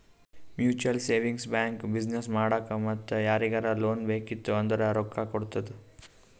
mutual savings bank business ಮಾಡಾಕ್ ಮತ್ತ ಯಾರಿಗರೇ ಲೋನ್ ಬೇಕಿತ್ತು ಅಂದುರ್ ರೊಕ್ಕಾ ಕೊಡ್ತುದ್